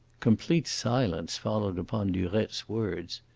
complete silence followed upon durette's words.